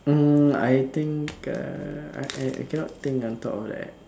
mm I think uh I I cannot think on top of that